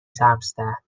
سبزتر